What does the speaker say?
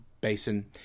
Basin